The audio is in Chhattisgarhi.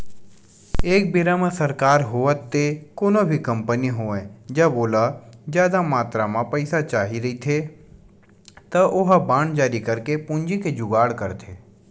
एक बेरा म सरकार होवय ते कोनो भी कंपनी होवय जब ओला जादा मातरा म पइसा चाही रहिथे त ओहा बांड जारी करके पूंजी के जुगाड़ करथे